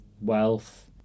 wealth